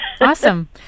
Awesome